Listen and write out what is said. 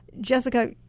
Jessica